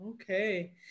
Okay